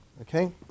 okay